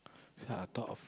that's I thought